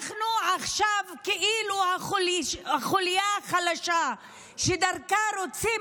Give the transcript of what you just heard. אנחנו עכשיו כאילו החוליה החלשה שדרכה רוצים